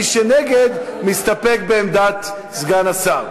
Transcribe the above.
מי שנגד, מסתפק בעמדת סגן השר.